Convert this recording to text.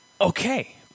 Okay